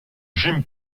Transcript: jim